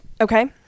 Okay